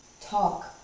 talk